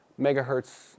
megahertz